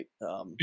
right